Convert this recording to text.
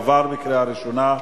עברה בקריאה ראשונה,